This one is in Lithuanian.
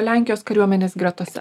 lenkijos kariuomenės gretose